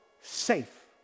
safe